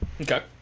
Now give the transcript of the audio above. Okay